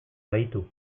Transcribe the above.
bahitu